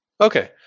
Okay